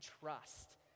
trust